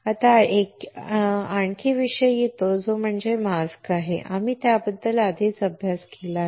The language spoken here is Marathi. आता आणखी एक विषय येतो जो मास्क आहे आणि आम्ही त्याबद्दल आधीच अभ्यास केला आहे